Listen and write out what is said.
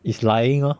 it's lying lor